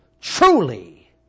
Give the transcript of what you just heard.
Truly